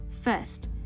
First